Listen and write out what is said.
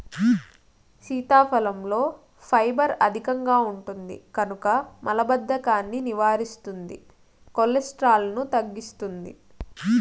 సీతాఫలంలో ఫైబర్ అధికంగా ఉంటుంది కనుక మలబద్ధకాన్ని నివారిస్తుంది, కొలెస్ట్రాల్ను తగ్గిస్తుంది